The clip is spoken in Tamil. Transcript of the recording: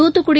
துத்துக்குடி